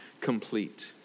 complete